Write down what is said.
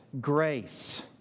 grace